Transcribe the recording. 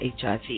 HIV